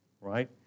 right